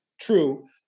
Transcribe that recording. true